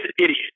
idiot